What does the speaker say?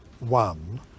one